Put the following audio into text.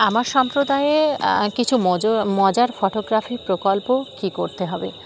আমার সম্প্রদায়ে কিছু মজ মজার ফটোগ্রাফি প্রকল্প কী করতে হবে